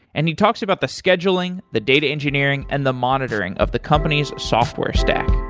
and he talks about the scheduling, the data engineering and the monitoring of the company's software stack.